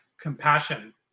compassion